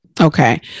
Okay